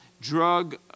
Drug